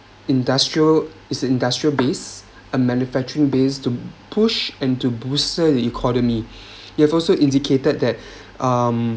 industrial is industrial base uh manufacturing base to push and to the economy you have also indicated that um